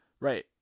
Right